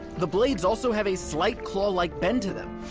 the blades also have a slight claw-like bend to them.